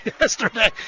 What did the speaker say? yesterday